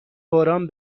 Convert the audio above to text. باران